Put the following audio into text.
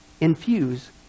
infuse